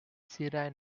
sierra